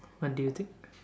what do you think